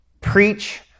Preach